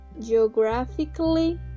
geographically